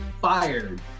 fired